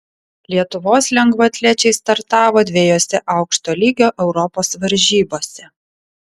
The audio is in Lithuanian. lietuvos lengvaatlečiai startavo dviejose aukšto lygio europos varžybose